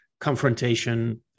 confrontation